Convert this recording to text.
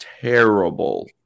terrible